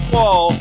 Wall